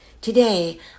Today